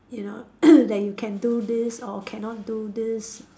you know that you can do this or cannot do this